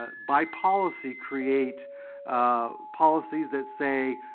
ah by policy, create ah policies that say,